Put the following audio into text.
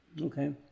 Okay